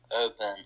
Open